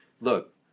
look